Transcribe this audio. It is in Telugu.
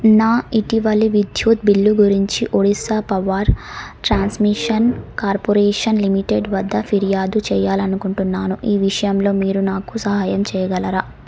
నా ఇటీవలి విద్యుత్ బిల్లు గురించి Odisha power transmission corporation limited వద్ద ఫిర్యాదు చేయాలని అనుకుంటున్నాను ఈ విషయంలో మీరు నాకు సహాయం చేయగలరా